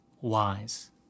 wise